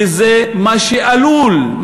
וזה מה שעלול,